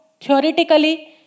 Theoretically